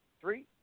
three